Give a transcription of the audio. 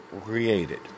created